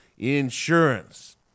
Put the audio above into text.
insurance